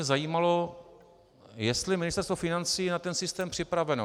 Zajímalo by mě, jestli Ministerstvo financí je na ten systém připraveno.